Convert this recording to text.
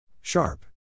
Sharp